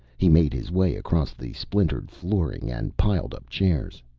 he made his way across the splintered flooring and piled-up chairs.